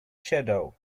shadow